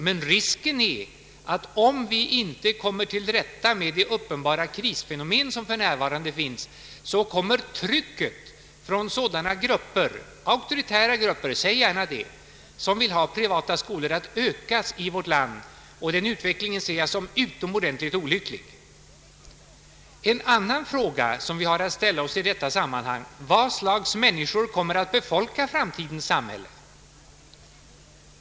Men risken är att om vi inte kommer till rätta med de uppenbara krisfenomen som för närvarande finns kommer trycket från sådana grupper, säg gärna auktoritära grupper, som vill ha privata skolor att öka i vårt land. Den utvecklingen ser jag som utomordentligt olycklig. En annan fråga som vi har att ställa oss i detta sammanhang är: Vad slags människor kommer att befolka framtidens samhälle?